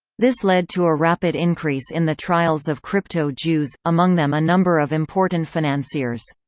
this led to a rapid increase in the trials of crypto-jews, among them a number of important financiers.